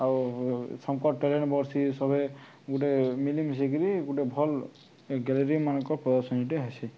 ଆଉ ଶଙ୍କର ଟ୍ୟାଲେଣ୍ଟ୍ ବର୍ଷୀ ସବେ ଗୋଟେ ମିଳିମିଶିକିରି ଗୋଟେ ଭଲ୍ ଗ୍ୟାଲେରୀମାନଙ୍କ ପ୍ରଦର୍ଶନୀଟେ ହେସି